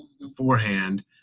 beforehand